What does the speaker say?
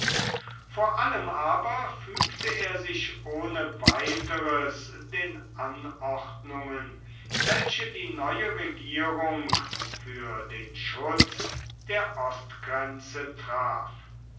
vor allem aber fügte er sich ohne weiteres den anordnungen welche die neue regierung für den schutz der ostgrenze traf